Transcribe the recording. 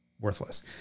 worthless